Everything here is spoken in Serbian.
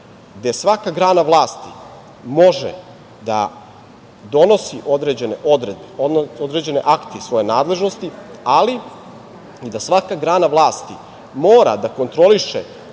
gde svaka grana vlasti može da donosi određene odredbe, određene akte iz svoje nadležnosti, ali da svaka grana vlasti mora da kontroliše